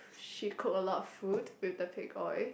she cook a lot of food with the pig oil